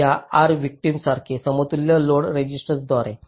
या R victim सारखे समतुल्य लोड रेसिस्टन्सांद्वारे